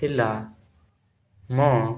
ଥିଲା ମୋ